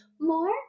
more